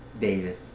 David